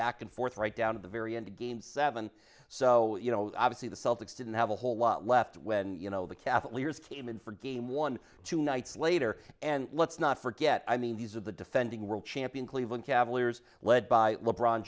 back and forth right down to the very end of game seven so you know obviously the celtics didn't have a whole lot left when you know the kathleen came in for game one two nights later and let's not forget i mean these are the defending world champion cleveland cavaliers led by